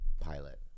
pilot